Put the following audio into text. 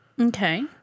Okay